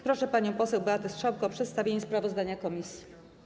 Proszę panią poseł Beatę Strzałkę o przedstawienie sprawozdania komisji.